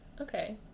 Okay